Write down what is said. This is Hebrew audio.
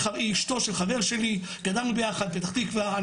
היא אשתו של חבר שלי, גדלנו ביחד בפתח תקווה.